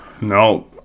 No